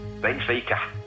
Benfica